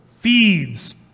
feeds